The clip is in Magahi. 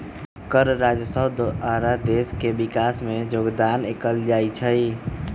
कर राजस्व द्वारा देश के विकास में जोगदान कएल जाइ छइ